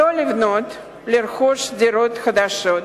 שלא לבנות/לרכוש דירות חדשות.